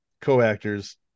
co-actors